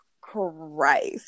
Christ